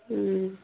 ಹ್ಞೂ